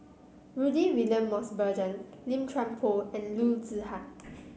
Rudy William Mosbergen Lim Chuan Poh and Loo Zihan